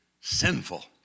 sinful